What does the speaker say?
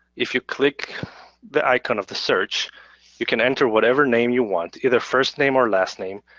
if you click the icon of the search you can enter whatever name you want, either first name or last name.